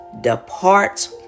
Depart